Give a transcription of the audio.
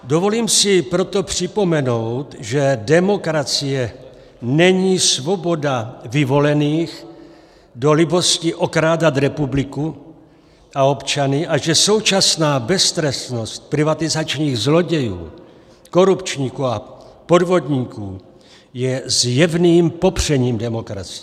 Dovolím si proto připomenout, že demokracie není svoboda vyvolených do libosti okrádat republiku a občany a že současná beztrestnost privatizačních zlodějů, korupčníků a podvodníků je zjevným popřením demokracie.